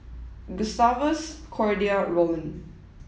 Gustavus Cordia and Rollin